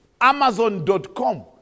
Amazon.com